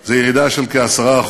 זה ירידה של כ-10%.